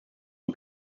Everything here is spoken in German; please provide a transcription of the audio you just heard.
mit